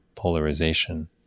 polarization